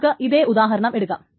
നമുക്ക് ഇതേ ഉദാഹരണം എടുക്കാം